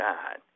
God